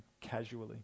casually